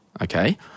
okay